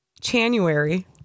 January